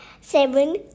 seven